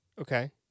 Okay